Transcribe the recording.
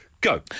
Go